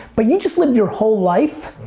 but you just lived your whole life,